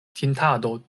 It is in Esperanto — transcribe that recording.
tintado